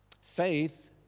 Faith